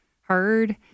heard